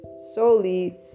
solely